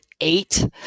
eight